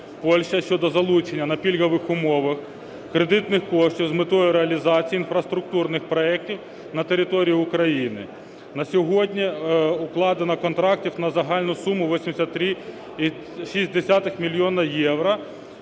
Польща щодо залучення на пільгових умовах кредитних коштів з метою реалізації інфраструктурних проектів на території України. На сьогодні укладено контрактів на загальну суму 83,6 мільйона євро.